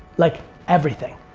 like everything.